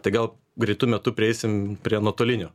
tai gal greitu metu prieisim prie nuotolinio